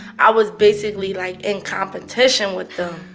i was basically, like, in competition with them.